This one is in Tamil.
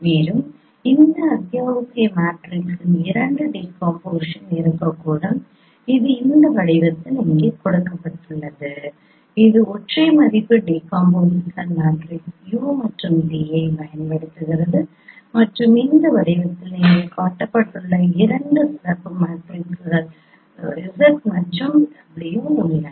மேலும் இந்த அத்தியாவசிய மேட்ரிக்ஸின் இரண்டு டீகாம்போசிஷன் இருக்கக்கூடும் இது இந்த வடிவத்தில் இங்கே காட்டப்பட்டுள்ளது இது ஒற்றை மதிப்பு டீகாம்போசிஷன் மேட்ரிக்ஸ் U மற்றும் V ஐப் பயன்படுத்துகிறது மற்றும் இந்த வடிவத்தில் இங்கே காட்டப்பட்டுள்ள இரண்டு சிறப்பு மேட்ரிக்ஸ் Z மற்றும் W உள்ளன